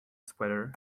swatter